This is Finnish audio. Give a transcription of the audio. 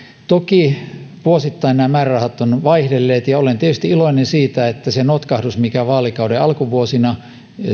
toki vuosittain nämä määrärahat ovat vaihdelleet ja olen tietysti iloinen siitä että sitä notkahdusta mikä vaalikauden alkuvuosina